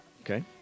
Okay